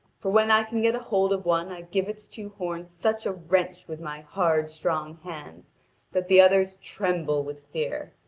for when i can get hold of one give its two horns such a wrench with my hard, strong hands that the others tremble with fear,